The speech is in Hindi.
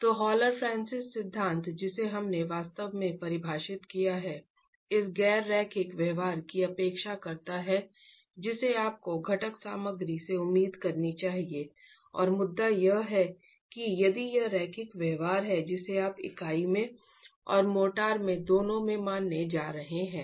तो हॉलर फ्रांसिस सिद्धांत जिसे हमने वास्तव में परिभाषित किया है इस गैर रैखिक व्यवहार की उपेक्षा करता है जिसे आपको घटक सामग्री से उम्मीद करनी चाहिए और मुद्दा यह है कि यदि यह रैखिक व्यवहार है जिसे आप इकाई में और मोर्टार में दोनों में मानने जा रहे हैं